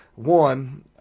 One